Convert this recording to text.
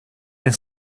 and